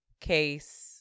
case